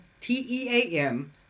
T-E-A-M